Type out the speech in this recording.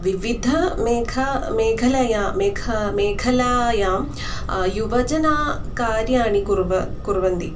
विविधमेखलाः मेखलया मेखलाः मेखलायां युवजनाः कार्याणि कुर्वन्ति कुर्वन्ति